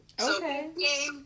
Okay